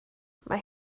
mae